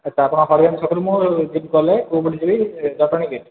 ଆଚ୍ଛା ଆପଣଙ୍କ ହରିଓମ ଛକରୁ ମୁଁ ସେଠୁ ଗଲେ କେଉଁ ପଟେ ଯିବି ଜଟଣୀ କି